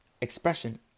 expression